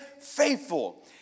faithful